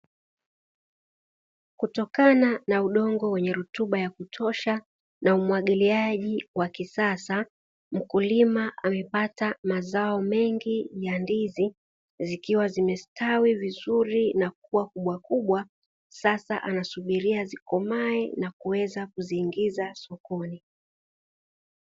Kutokana na udongo wenye rutuba ya kutosha na umwagiliaji wa kisasa; mkulima amepata mazao mengi ya ndizi zikiwa zimestawi vizuri na kuwa kubwakubwa, sasa anasubiria zikomae na kuweza kuziingiza sokoni.